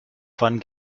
von